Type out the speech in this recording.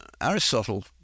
Aristotle